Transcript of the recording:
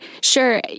sure